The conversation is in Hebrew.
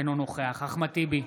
אינו נוכח אחמד טיבי,